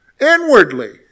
Inwardly